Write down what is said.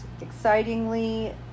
excitingly